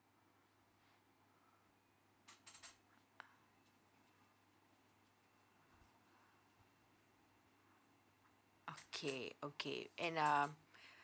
okay okay and um